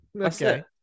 Okay